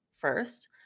first